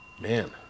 Man